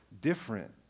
different